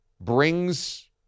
brings